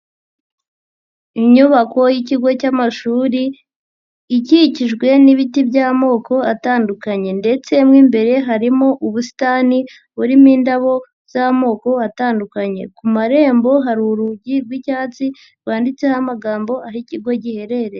Inyubako y'ikigo cy'amashuri ikikijwe n'ibiti by'amoko atandukanye ndetse mo imbere harimo ubusitani burimo indabo z'amoko atandukanye ku marembo hari urugi rw'icyatsi rwanditseho amagambo aho ikigo giherereye.